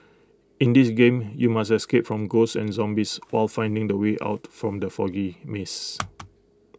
in this game you must escape from ghosts and zombies while finding the way out from the foggy maze